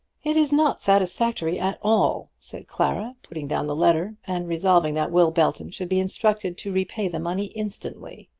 it is not satisfactory at all, said clara, putting down the letter, and resolving that will belton should be instructed to repay the money instantly.